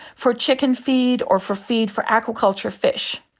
for chicken feed or for feed for aquaculture fish.